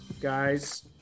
guys